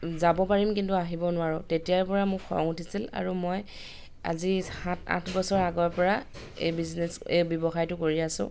যাব পাৰিম কিন্তু আহিব নোৱাৰোঁ তেতিয়াৰ পৰা মোক খং উঠিছিল আৰু মই আজি সাত আঠ বছৰ আগৰ পৰা এই বিজনেছ এই ব্যৱসায়টো কৰি আছোঁ